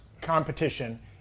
competition